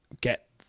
get